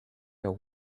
how